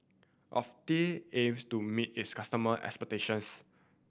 Ocuvite aims to meet its customer expectations